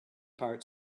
part